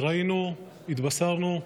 התבשרנו,